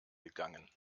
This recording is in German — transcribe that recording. gegangen